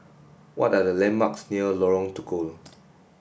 what are the landmarks near Lorong Tukol